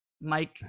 Mike